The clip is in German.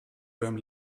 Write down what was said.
beim